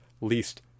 least